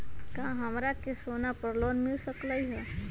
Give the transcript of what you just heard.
का हमरा के सोना पर लोन मिल सकलई ह?